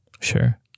Sure